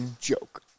joke